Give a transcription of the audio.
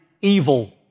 evil